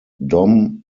dom